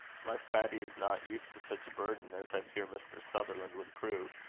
my fatty is not used to such a burden as i fear mr. sutherland would prove.